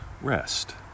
rest